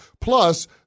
Plus